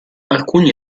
alcuni